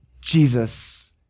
Jesus